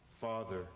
Father